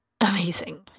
amazing